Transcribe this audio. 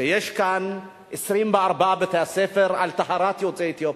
שיש כאן 24 בתי-ספר על טהרת יוצאי אתיופיה.